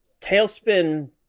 Tailspin